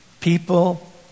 people